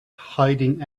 hiding